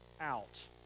out